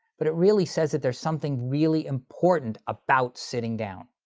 but it really says that there's something really important about sitting down.